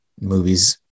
Movie's